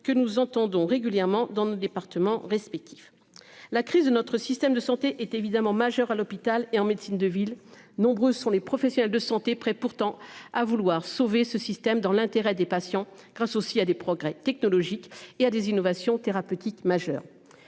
que nous entendons régulièrement dans nos départements respectifs. La crise de notre système de santé est évidemment majeur à l'hôpital et en médecine de ville. Nombreux sont les professionnels de santé près pourtant à vouloir sauver ce système dans l'intérêt des patients. Grâce aussi à des progrès technologiques et à des innovations thérapeutiques majeures.